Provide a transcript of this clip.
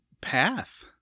path